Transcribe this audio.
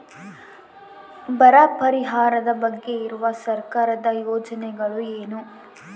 ಬರ ಪರಿಹಾರದ ಬಗ್ಗೆ ಇರುವ ಸರ್ಕಾರದ ಯೋಜನೆಗಳು ಏನು?